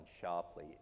sharply